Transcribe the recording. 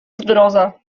zgroza